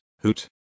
Hoot